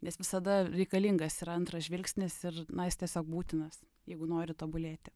nes visada reikalingas ir antras žvilgsnis ir na jis tiesiog būtinas jeigu nori tobulėti